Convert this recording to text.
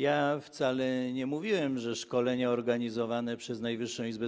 Ja wcale nie mówiłem, że szkolenia organizowane przez Najwyższą Izbę